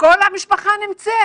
כל המשפחה נמצאת.